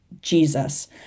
Jesus